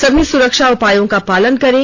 सभी सुरक्षा उपायों का पालन करें